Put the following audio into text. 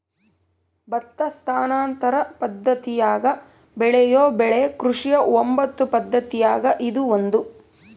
ಭತ್ತ ಸ್ಥಾನಾಂತರ ಪದ್ದತಿಯಾಗ ಬೆಳೆಯೋ ಬೆಳೆ ಕೃಷಿಯ ಒಂಬತ್ತು ಪದ್ದತಿಯಾಗ ಇದು ಒಂದು